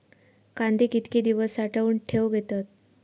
कांदे कितके दिवस साठऊन ठेवक येतत?